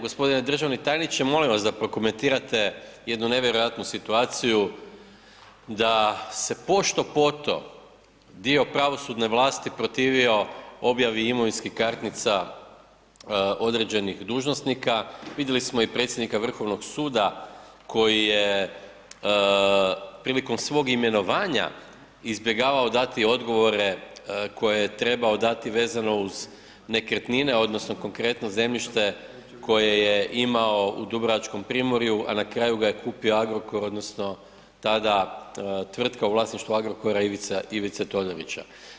G. državni tajniče, molim vas da prokomentirate jednu nevjerojatnu situaciju da se pošto-poto dio pravosudne vlasti protivio objavi imovinskih kartica određenih dužnosnika, vidjeli smo i predsjednika Vrhovnog suda koji je prilikom svog imenovanja izbjegavao dati odgovore koje je trebao dati vezano uz nekretnine odnosno konkretno zemljište koje je imao u dubrovačkom primorju a na kraju ga je kupio Agrokor odnosno tada tvrtka u vlasništvu Agrokora Ivice Todorića.